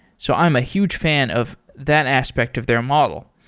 so i'm a huge fan of that aspect of their model.